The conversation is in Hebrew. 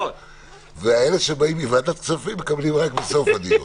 ולא יהיו השלמות בהמשך הדרך.